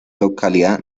localidad